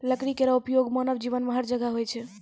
लकड़ी केरो उपयोग मानव जीवन में हर जगह होय छै